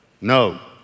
No